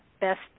best